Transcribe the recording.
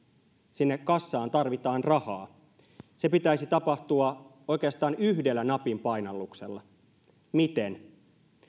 sinne kassaan tarvitaan rahaa se pitäisi tapahtua oikeastaan yhdellä napin painalluksella miten